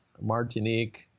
Martinique